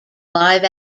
live